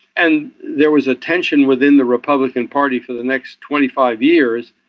and there was a tension within the republican party for the next twenty five years,